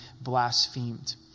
blasphemed